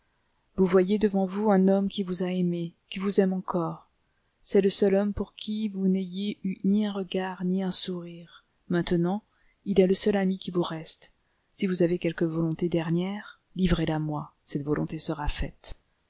vous voyez devant vous un homme qui vous a aimée qui vous aime encore c'est le seul homme pour qui vous n'ayez eu ni un regard ni un sourire maintenant il est le seul ami qui vous reste si vous avez quelque volonté dernière livrez la moi cette volonté sera faite